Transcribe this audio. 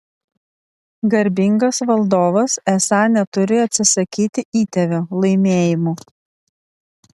garbingas valdovas esą neturi atsisakyti įtėvio laimėjimų